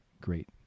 great